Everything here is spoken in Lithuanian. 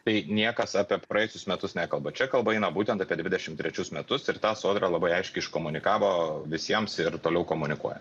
tai niekas apie praeitus metus nekalba čia kalba eina būtent apie dvidešim trečius metus ir tą sodra labai aiškiai iškomunikavo visiems ir toliau komunikuoja